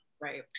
Right